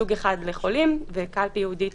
סוג אחד לחולים וקלפי ייעודית